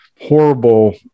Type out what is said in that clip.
horrible